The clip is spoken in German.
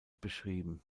beschrieben